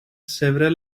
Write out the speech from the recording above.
several